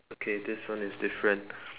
okay this one is different